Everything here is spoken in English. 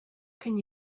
can